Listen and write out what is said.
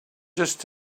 just